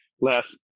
last